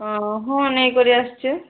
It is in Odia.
ହଁ ହଁ ନେଇକରି ଆସିଛି